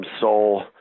soul